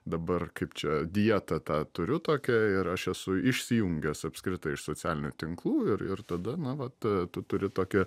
dabar kaip čia dietą tą turiu tokią ir aš esu išsijungęs apskritai iš socialinių tinklų ir ir tada na vat tu turi tokį